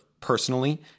personally